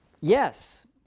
yes